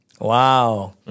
Wow